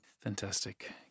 Fantastic